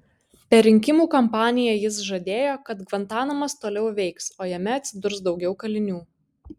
per rinkimų kampaniją jis žadėjo kad gvantanamas toliau veiks o jame atsidurs daugiau kalinių